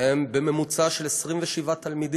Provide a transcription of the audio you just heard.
הן בממוצע של 27 ילדים.